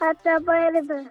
apie barbę